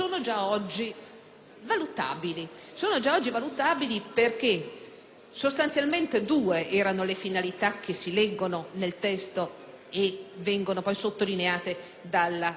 il decreto sono già oggi valutabili, perché sostanzialmente due erano le finalità che si leggono nel testo e che vengono poi sottolineate dalla relazione.